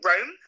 Rome